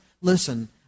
Listen